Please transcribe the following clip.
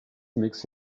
makes